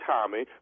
Tommy